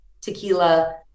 tequila